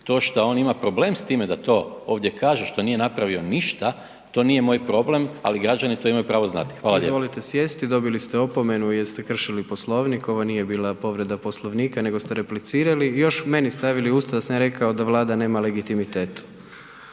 To šta on ima problem s time da to ovdje kaže što nije napravio ništa, to nije moj problem, ali građani to imaju pravo znati. Hvala lijepo. **Jandroković, Gordan (HDZ)** Izvolite sjesti, dobili ste opomenu jer ste kršili Poslovnik, ovo nije bila povreda Poslovnika nego ste replicirali i još meni stavili u usta da sam ja rekao da Vlada nema legitimitet.